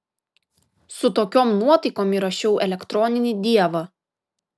su tokiom nuotaikom įrašiau elektroninį dievą